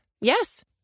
Yes